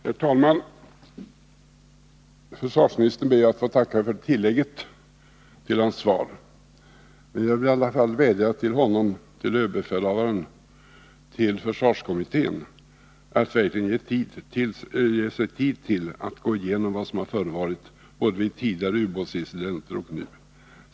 Herr talman! Försvarsministern ber jag att få tacka för tillägget till hans svar. Men jag vill i alla fall vädja till honom, till överbefälhavaren och till försvarskommittén att verkligen ge sig tid till att gå igenom vad som har förevarit både vid tidigare ubåtsincidenter och nu.